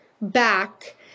back